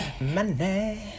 money